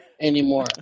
anymore